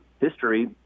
history